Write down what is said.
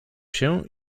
się